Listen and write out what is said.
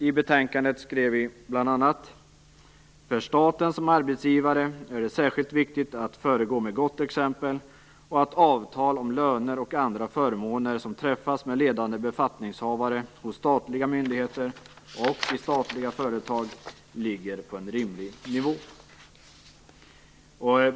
I betänkandet skrev vi bl.a.: För staten som arbetsgivare är det särskilt viktigt att föregå med gott exempel och att avtal om löner och andra förmåner som träffas med ledande befattningshavare hos statliga myndigheter och i statliga företag ligger på en rimlig nivå.